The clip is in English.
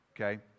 okay